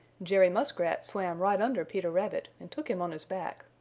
jerry muskrat swam right under peter rabbit and took him on his back.